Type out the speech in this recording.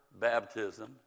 baptism